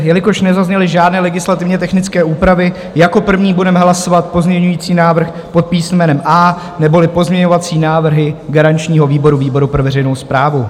Jelikož nezazněly žádné legislativně technické úpravy, jako první budeme hlasovat pozměňovací návrh pod písmenem A neboli pozměňovací návrhy garančního výboru, výboru pro veřejnou správu.